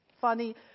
funny